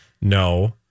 no